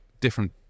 different